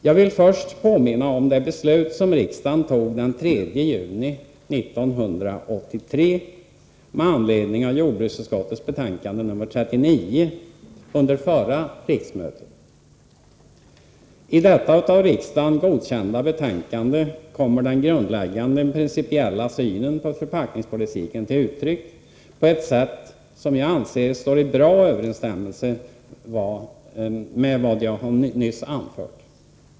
Jag vill först påminna om det beslut som riksdagen tog den 3 juni 1983 med anledning av jordbruksutskottets betänkande 1982/83:39. I detta av riksdagen godkända betänkande kommer den grundläggande principiella synen på förpackningspolitiken till uttryck på ett sätt som jag anser står i god överensstämmelse med vad jag nyss anfört.